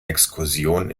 exkursion